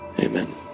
Amen